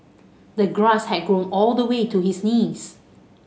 the grass had grown all the way to his knees